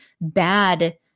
bad